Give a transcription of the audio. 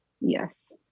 Yes